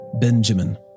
Benjamin